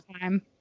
time